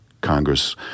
Congress